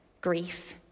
grief